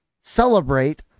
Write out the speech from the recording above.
celebrate